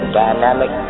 dynamic